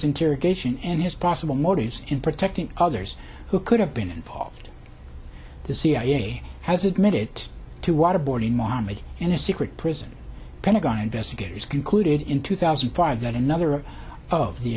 interrogation and his possible motives in protecting others who could have been involved the cia has admitted to waterboarding mommy in a secret prison pentagon investigators concluded in two thousand and five that another of the